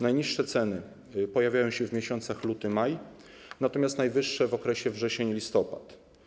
Najniższe ceny pojawiają się w miesiącach luty-maj, natomiast najwyższe w okresie wrzesień-listopad.